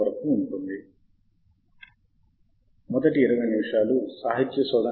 మరియు మొదటి module web సైన్స్లో ఉంటుంది